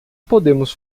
podemos